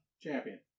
Champion